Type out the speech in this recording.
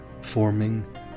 forming